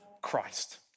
Christ